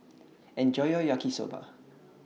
Enjoy your Yaki Soba